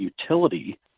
utility